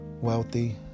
wealthy